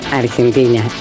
Argentina